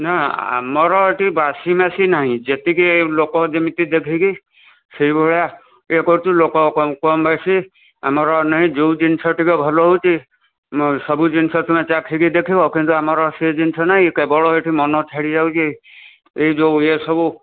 ନା ଆମର ଏଠି ବାସି ମାସି ନାହିଁ ଯେତିକି ଲୋକ ଯେମିତି ଦେଖିକି ସେଇଭଳିଆ ଇଏ କରୁଛୁ ଲୋକ କମ୍ ବେଶି ଆମର ନାହିଁ ଯୋଉ ଜିନିଷ ଟିକେ ଭଲ ହେଉଛି ସବୁ ଜିନିଷ ତୁମେ ଚାଖିକି ଦେଖିବ କିନ୍ତୁ ଆମର ସେ ଜିନିଷ ନାହିଁ କେବଳ ଏଠି ମନ ଛାଡ଼ିଯାଉଛି ଏଇ ଯୋଉ ଇଏ ସବୁ